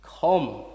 Come